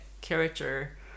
character